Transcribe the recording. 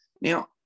Now